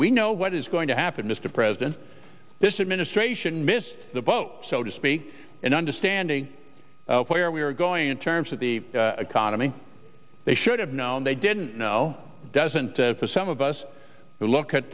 we know what is going to happen mr president this administration missed the boat so to speak in understanding where we were going in terms of the economy they should have known they didn't know doesn't for some of us who look